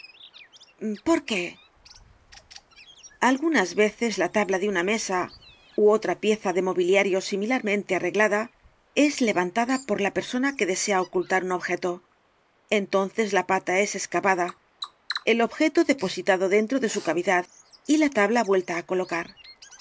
por qué algunas veces la tabla de una mesa ú otra pieza de mobiliario similarmente arreglada es levantada por la persona que desea ocultar un objeto entonces la pata es escavada el objeto depositado dentro de su cavidad y la tabla vuelta á colocar